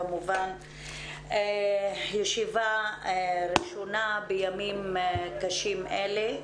זאת ישיבה ראשונה בימים קשים אלה.